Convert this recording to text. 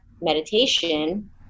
meditation